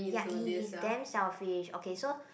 ya he he is damn selfish okay so